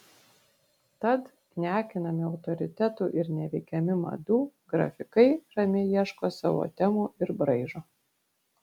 tad neakinami autoritetų ir neveikiami madų grafikai ramiai ieško savo temų ir braižo